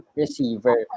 receiver